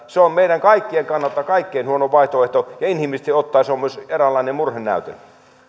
se on meidän kaikkien kannalta kaikkein huonoin vaihtoehto ja inhimillisesti ottaen se on myös eräänlainen murhenäytelmä